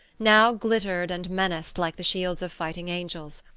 now glittered and menaced like the shields of fighting angels.